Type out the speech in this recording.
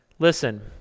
Listen